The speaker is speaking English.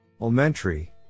Elementary